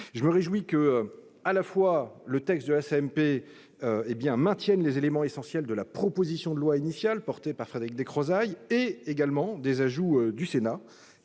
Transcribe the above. Je me réjouis que le texte de la CMP maintienne les éléments essentiels de la proposition de loi initiale portée par Frédéric Descrozaille, ainsi que des ajouts issus du Sénat,